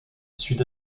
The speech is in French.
sud